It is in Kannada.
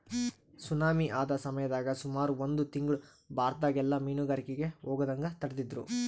ಸುನಾಮಿ ಆದ ಸಮಯದಾಗ ಸುಮಾರು ಒಂದು ತಿಂಗ್ಳು ಭಾರತದಗೆಲ್ಲ ಮೀನುಗಾರಿಕೆಗೆ ಹೋಗದಂಗ ತಡೆದಿದ್ರು